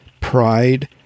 pride